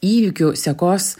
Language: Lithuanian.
įvykių sekos